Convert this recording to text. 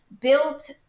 built